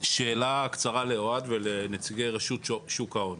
שאלה קצרה לאוהד ולנציגי שוק ההון